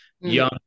young